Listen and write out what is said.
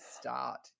start